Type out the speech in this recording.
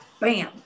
bam